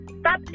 Stop